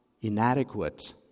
inadequate